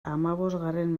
hamabosgarren